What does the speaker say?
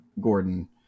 gordon